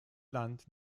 land